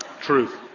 Truth